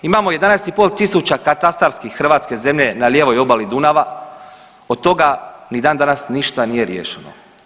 Imamo 11,5 tisuća katastarski hrvatske zemlje na lijevoj obali Dunava od toga ni dan danas ništa nije riješeno.